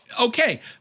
okay